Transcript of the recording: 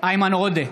איימן עודה,